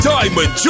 Diamond